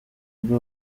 bwe